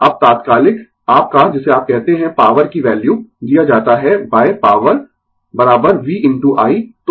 अब तात्कालिक आपका जिसे आप कहते है पॉवर की वैल्यू दिया जाता है पॉवर v इनटू i